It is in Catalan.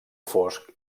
fosc